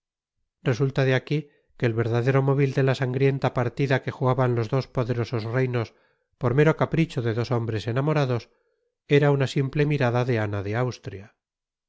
resulta de aquí que el verdadero móvil de la sangrienta partida que jugaban los dos poderosos reinos por mero capricho de dos hombres enamorados era una simple mirada de ana de austria